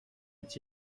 est